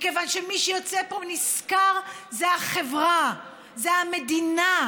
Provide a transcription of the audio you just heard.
מכיוון שמי שיוצא פה נשכר זה החברה, זו המדינה,